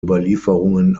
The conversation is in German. überlieferungen